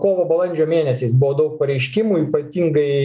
kovo balandžio mėnesiais buvo daug pareiškimų ypatingai